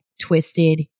twisted